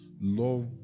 love